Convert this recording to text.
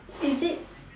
is it